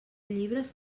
llibres